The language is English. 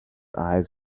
eyes